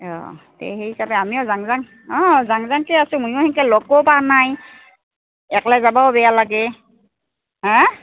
অঁ তে সেই হিচাপে আমিও যাং যাং অঁ যাং যাং কে আছোঁ ময়ো সেনকে লগ ক' পাবা নাই একলাই যাবও বেয়া লাগে হা